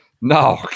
No